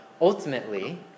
ultimately